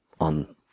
on